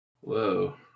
Whoa